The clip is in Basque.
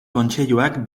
kontseiluak